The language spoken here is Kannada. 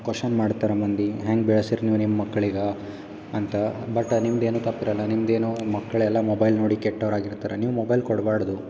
ಕ್ವಷನ್ ಮಾಡ್ತಾರೆ ಮಂದಿ ಹೆಂಗೆ ಬೆಳೆಸಿರಿ ನೀವು ನಿಮ್ಮ ಮಕ್ಳಿಗೆ ಅಂತ ಬಟ್ ನಿಮ್ದು ಏನು ತಪ್ಪು ಇರೋಲ್ಲ ನಿಮ್ದು ಏನು ಮಕ್ಕಳೆಲ್ಲ ಮೊಬೈಲ್ ನೋಡಿ ಕೆಟ್ಟವ್ರು ಆಗಿರ್ತಾರೆ ನೀವು ಮೊಬೈಲ್ ಕೊಡಬಾಡ್ದು